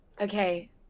Okay